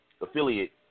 affiliate